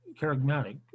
charismatic